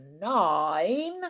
nine